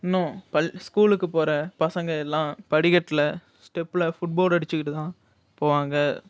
இன்னும் பள் ஸ்கூலுக்கு போகற பசங்க எல்லாம் படிகட்டுல ஸ்டெப்பில ஃபுட்போர்ட் அடிச்சிக்கிட்டு தான் போவாங்க